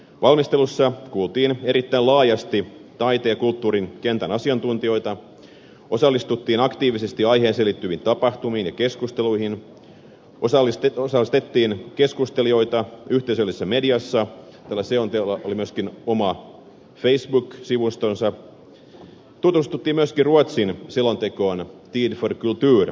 valmistelussa kuultiin erittäin laajasti taiteen ja kulttuurin kentän asiantuntijoita osallistuttiin aktiivisesti aiheeseen liittyviin tapahtumiin ja keskusteluihin osallistettiin keskustelijoita yhteisöllisessä mediassa tällä selonteolla oli myöskin oma facebook sivustonsa ja tutustuttiin myöskin ruotsin selonteon tid för kultur valmisteluun